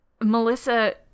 melissa